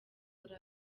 muri